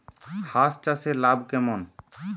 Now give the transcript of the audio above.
হাঁস চাষে লাভ কেমন?